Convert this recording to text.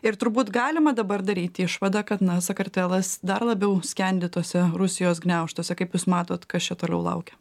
ir turbūt galima dabar daryt išvadą kad na sakartvelas dar labiau skendi tose rusijos gniaužtuose kaip jūs matot kas čia toliau laukia